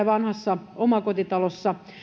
vanhassa omakotitalossa